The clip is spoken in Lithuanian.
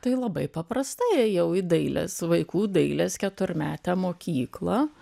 tai labai paprastai ėjau į dailės vaikų dailės keturmetę mokyklą